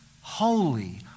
holy